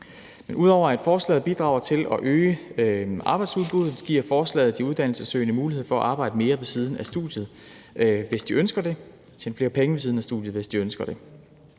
det. Ud over at forslaget bidrager til at øge arbejdsudbuddet, giver forslaget de uddannelsessøgende mulighed for at arbejde mere ved siden af studiet, hvis de ønsker det, og tjene flere penge ved siden af studiet, hvis de ønsker det.